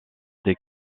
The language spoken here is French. des